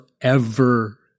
forever